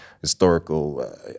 historical